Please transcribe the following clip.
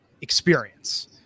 experience